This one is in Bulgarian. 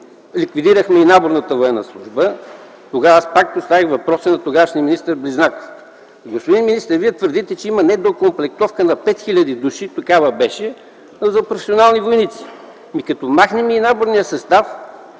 ликвидирахме и наборната военна служба. Тогава аз пак поставих въпроса на тогавашния министър Близнаков: „Господин министър, Вие твърдите, че има недокомплектовка на пет хил. души за професионални войници. Като махнем и наборния състав,